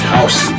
House